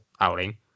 outing